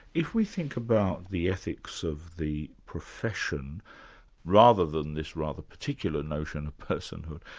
if we think about the ethics of the profession rather than this rather particular notion of personhood,